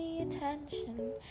Attention